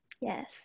Yes